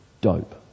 dope